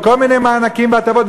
בכל מיני מענקים והטבות,